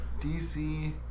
DC